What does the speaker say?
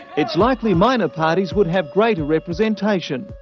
it's likely minor parties would have greater representation.